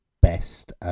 best